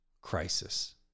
crisis